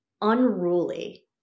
unruly